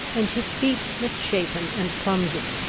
and his feet misshapen and clumsy.